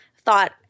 thought